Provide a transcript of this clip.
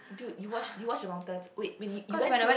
dude you watch you watch the mountains wait you you went to